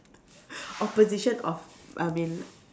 opposition of I mean